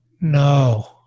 No